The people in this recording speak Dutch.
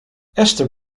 esther